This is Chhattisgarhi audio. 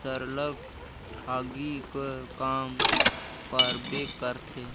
सरलग टागी कर काम परबे करथे